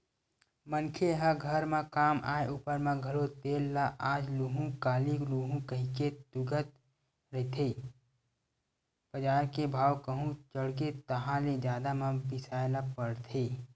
मनखे ह घर म काम आय ऊपर म घलो तेल ल आज लुहूँ काली लुहूँ कहिके तुंगत रहिथे बजार के भाव कहूं चढ़गे ताहले जादा म बिसाय ल परथे